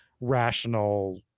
rational